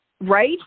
Right